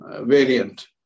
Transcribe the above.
variant